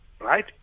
Right